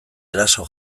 eraso